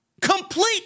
Complete